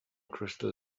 crystal